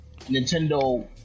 Nintendo